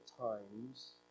times